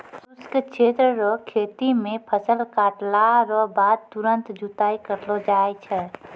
शुष्क क्षेत्र रो खेती मे फसल काटला रो बाद तुरंत जुताई करलो जाय छै